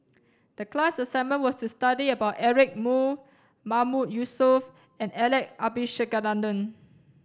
the class assignment was to study about Eric Moo Mahmood Yusof and Alex Abisheganaden